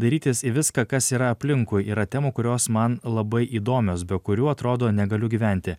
dairytis į viską kas yra aplinkui yra temų kurios man labai įdomios be kurių atrodo negaliu gyventi